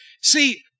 See